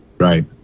Right